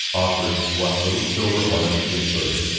offered what little silver ornaments they could.